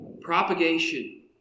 propagation